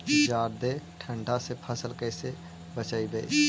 जादे ठंडा से फसल कैसे बचइबै?